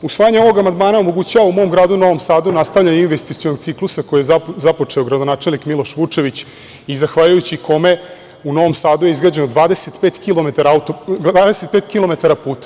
Usvajanje ovog amandmana omogućava u mom gradu Novom Sadu, nastavljanje investicionog ciklusa koji je započeo gradonačelnik Miloš Vučević i zahvaljujući kome je u Novom Sadu izgrađeno 25 kilometara puta.